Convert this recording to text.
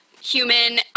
human